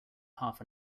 half